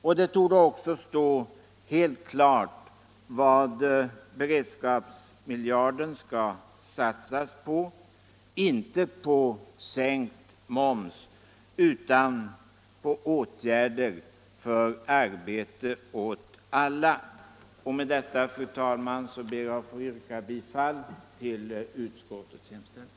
Och det torde stå helt klart vad beredskapsmiljarden skall satsas på — inte på sänkt moms utan på åtgärder för arbete åt alla. Med detta, fru talman, ber jag att få yrka bifall till utskottets hemställan.